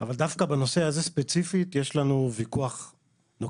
אבל דווקא בנושא הזה ספציפית יש לנו ויכוח נוקב,